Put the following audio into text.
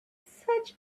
search